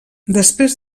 després